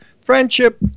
friendship